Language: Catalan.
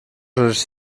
els